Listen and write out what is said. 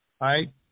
right